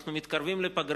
אנו מתקרבים לפגרה,